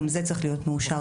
גם זה צריך להיות מאושר כאן,